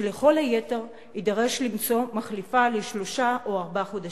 שלכל היותר יידרש למצוא מחליפה לשלושה או ארבעה חודשים.